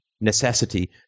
necessity